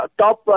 top